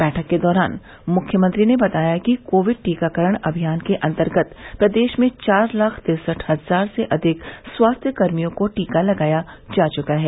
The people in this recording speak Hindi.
बैठक के दौरान मुख्यमंत्री ने बताया कि कोविड टीकाकरण अभियान के अन्तर्गत प्रदेश में चार लाख तिरसठ हजार से अधिक स्वास्थ्य कर्मियों को टीका लगाया जा चुका है